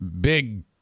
big